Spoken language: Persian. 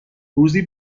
روزی